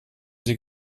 sie